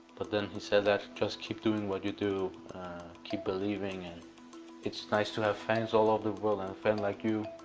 but then he said just keep doing what you do keep believing and it's nice to have fans all over the world and a fan like you.